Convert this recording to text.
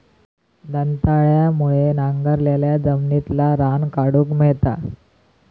दंताळ्यामुळे नांगरलाल्या जमिनितला रान काढूक मेळता